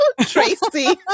Tracy